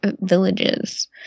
villages